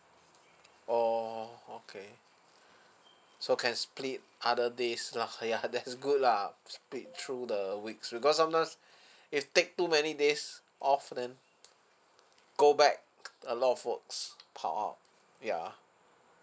orh okay so can split other days lah ya that's good lah split through the weeks because sometimes if take too many days off then go back a lot of works pop out ya